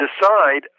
decide